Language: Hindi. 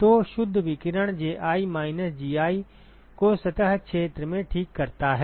तो शुद्ध विकिरण Ji माइनस Gi को सतह क्षेत्र में ठीक करता है